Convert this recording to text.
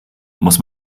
muss